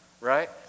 right